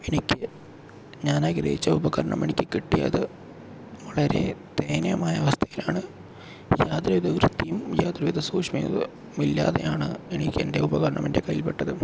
എനിക്ക് ഞാനാഗ്രഹിച്ച ഉപകരണം എനിക്ക് കിട്ടിയത് വളരെ ദയനീയമായ അവസ്ഥയിലാണ് യാതൊരു വിധ വൃത്തിയും യാതൊരു വിധ സൂക്ഷ്മയും ഇല്ലാതെയാണ് എനിക്ക് എൻ്റെ ഉപകരണം എൻ്റെ കയ്യിൽ പെട്ടത്